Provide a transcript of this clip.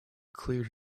cleared